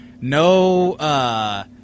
no